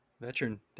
Veteran